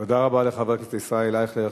תודה רבה לחבר הכנסת ישראל אייכלר.